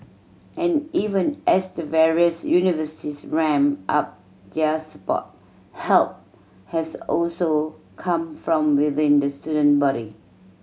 and even as the various universities ramp up their support help has also come from within the student body